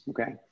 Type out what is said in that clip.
okay